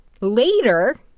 Later